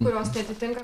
kurios neatitinka